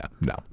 No